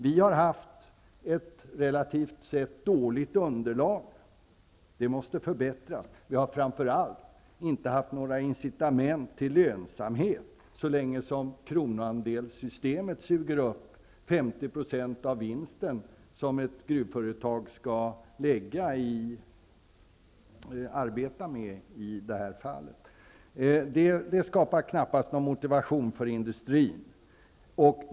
Vi har haft ett relativt sett dåligt underlag, och det måste förbättras. Framför allt har vi inte haft några incitament till lönsamhet, så länge som kronoandelssystemet suger upp 50 % av den vinst som ett gruvföretag skall arbeta med. Det skapar knappast någon motivation för industrin.